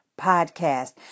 podcast